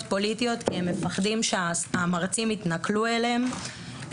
פוליטיות כי הם מפחדים שהמרצים יתנכלו להם.